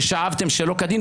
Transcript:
ששאבתם שלא כדין,